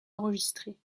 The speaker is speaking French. enregistrées